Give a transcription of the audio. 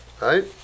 Right